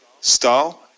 style